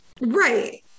Right